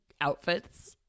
outfits